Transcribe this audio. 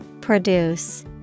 Produce